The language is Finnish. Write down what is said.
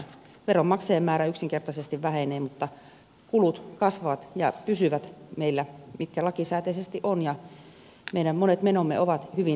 veronmaksajien määrä yksinkertaisesti vähenee mutta ne kulut kasvavat ja pysyvät meillä mitkä lakisääteisesti ovat ja meidän monet menomme ovat hyvin lakisidonnaisia